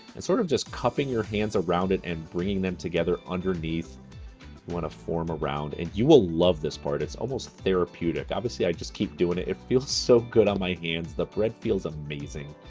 and sort of just cupping your hands around it, and bringing them together underneath. you wanna form a round. and you will love this part. it's almost therapeutic. obviously, i just keep doing it. it feels so good on my hands. the bread feels amazing.